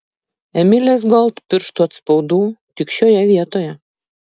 emilės gold pirštų atspaudų tik šioje vietoje